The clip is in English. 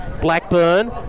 Blackburn